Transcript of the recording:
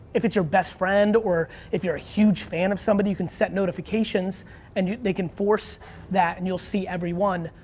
if it's your best friend or if you're a huge fan of somebody, you can set notifications and they can force that and you'll see every one,